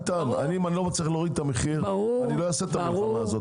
אם אני לא מצליח להוריד את המחיר אז לא אלחם את המלחמה הזו,